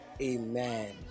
Amen